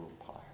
Empire